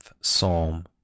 Psalm